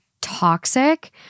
toxic